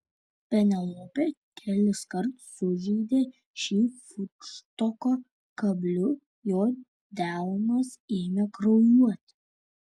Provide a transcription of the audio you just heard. penelopė keliskart sužeidė šį futštoko kabliu jo delnas ėmė kraujuoti